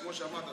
כמו שאמרת,